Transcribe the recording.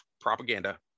propaganda